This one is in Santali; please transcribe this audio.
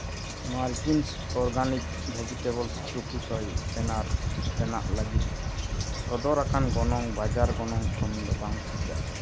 ᱢᱟᱨᱡᱤᱱᱥ ᱚᱨᱜᱟᱱᱤᱠ ᱵᱷᱮᱡᱤᱴᱮᱵᱚᱞ ᱴᱳᱯᱷᱩ ᱥᱚᱭ ᱯᱚᱱᱤᱨ ᱨᱮᱱᱟᱜ ᱞᱟᱹᱜᱤᱫ ᱥᱚᱫᱚᱨ ᱟᱠᱟᱱ ᱜᱚᱱᱚᱝ ᱵᱟᱡᱟᱨ ᱜᱚᱱᱚᱝ ᱠᱷᱚᱱ ᱫᱚ ᱵᱟᱝ ᱴᱷᱤᱠᱟ